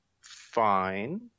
fine